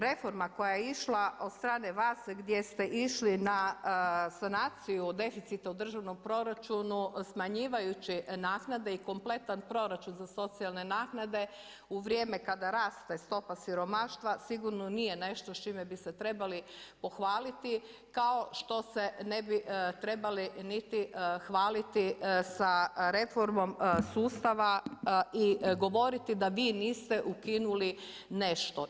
Reforma koja je išla od strane vas gdje ste išli na sanaciju deficita u državnom proračunu, smanjivajući naknade i kompletan proračun za socijalne naknade u vrijeme kada raste stopa siromaštva, sigurno nije nešto s čime bi se trebali pohvaliti, kao što se ne bi trebali niti hvaliti sa reformom sustava i govoriti da vi niste ukinuli nešto.